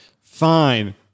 Fine